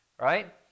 right